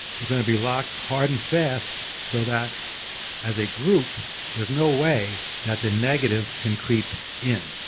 we're gonna be locked hard and fast so that as a group there's no way that the negative can creep in.